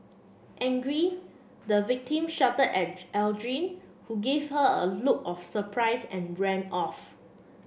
angry the victim shouted at Aldrin who gave her a look of surprise and ran off